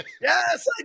Yes